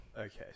Okay